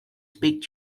speak